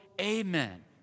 amen